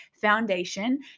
foundation